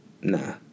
nah